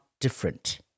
different